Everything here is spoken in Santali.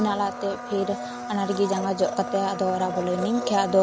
ᱚᱱᱟ ᱞᱟᱹᱜᱤᱫ ᱛᱮ ᱯᱷᱤᱨ ᱚᱱᱟ ᱨᱮᱜᱮ ᱡᱟᱸᱜᱟ ᱡᱚᱜ ᱠᱟᱛᱮ ᱚᱲᱟᱜ ᱵᱚᱞᱚᱭᱮᱱᱟᱹᱧ ᱟᱫᱚ